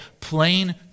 plain